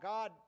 God